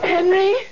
Henry